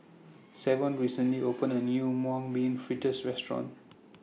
Savon recently opened A New Mung Bean Fritters Restaurant